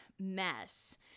mess